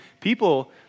people